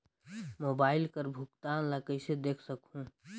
Mobile कर भुगतान ला कइसे देख सकहुं?